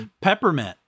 Peppermint